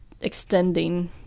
extending